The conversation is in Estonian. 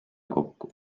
kokku